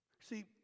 See